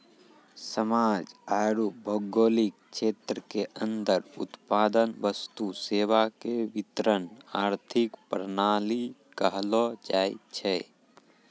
समाज आरू भौगोलिक क्षेत्र के अन्दर उत्पादन वस्तु सेवा के वितरण आर्थिक प्रणाली कहलो जायछै